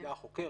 היחידה החוקרת,